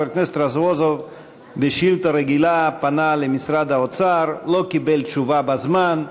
חבר הכנסת רזבוזוב פנה בשאילתה רגילה למשרד האוצר ולא קיבל תשובה בזמן.